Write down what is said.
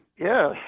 Yes